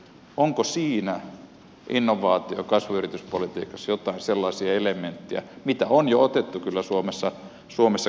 onko siinä innovaatio ja kasvuyrityspolitiikassa joitakin sellaisia elementtejä joita on kyllä jo otettu suomessa käyttöön